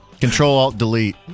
Control-alt-delete